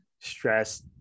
stress